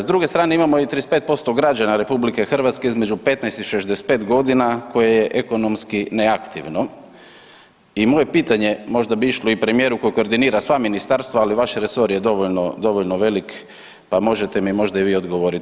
S druge strane, imamo i 35% građana RH između 15 i 65 godina koje je ekonomski neaktivno i moje pitanje, možda bi išlo i premijeru koji koordinira sva ministarstva, ali vaš resor je dovoljno velik, pa možete mi možda i vi odgovoriti.